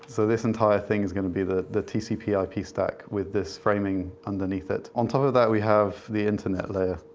so this entire thing is going to be the the tcp ip stack, with this framing underneath it. on top of that, we have the internet layer.